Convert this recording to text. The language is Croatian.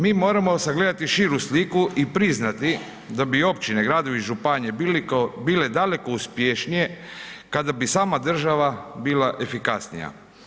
Mi moramo sagledati širu sliku i priznati da bi općine, gradovi i županije bile daleko uspješnije kada bi sama država bila efikasnija.